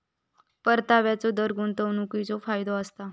परताव्याचो दर गुंतवणीकीचो फायदो असता